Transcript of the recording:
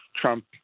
Trump